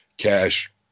Cash